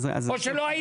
או שלא הייתם בכלל?